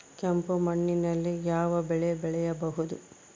ಕೆಂಪು ಮಣ್ಣಿನಲ್ಲಿ ಯಾವ ಬೆಳೆ ಬೆಳೆಯಬಹುದು?